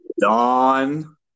Dawn